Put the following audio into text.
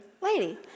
lady